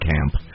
Camp